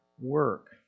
work